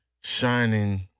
shining